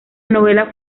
novela